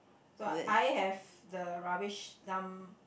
so I have the rubbish dump